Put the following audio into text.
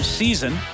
season